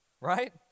right